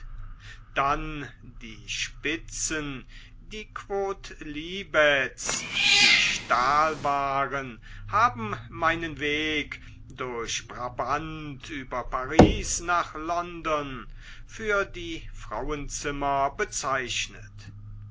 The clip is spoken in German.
dann die spitzen die quodlibets die stahlwaren haben meinen weg durch brabant über paris nach london für die frauenzimmer bezeichnet